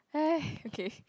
okay